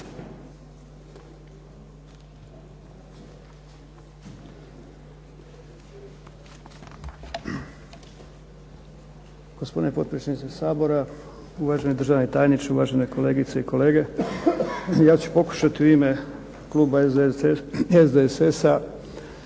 Gospodine potpredsjedniče Sabora, uvaženi državni tajniče, uvažene kolegice i kolege. Ja ću pokušati u ime Kluba SDSS-a